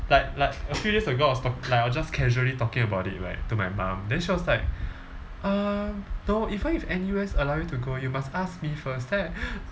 like like a few days ago I was tal~ like I was just casually talking about it right to my mom then she was like um no even if N_U_S allow you to go you must ask me first then I